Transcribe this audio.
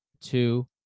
two